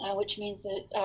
which means that